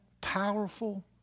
powerful